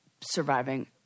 surviving